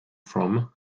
from